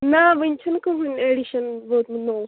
نہ وُنہِ چھُنہٕ کٕہنۍ ایٚڈِشن ووتمُت نوٚو